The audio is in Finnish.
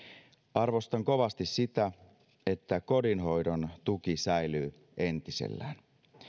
arvostan kovasti sitä että kotihoidon tuki säilyy entisellään